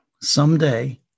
someday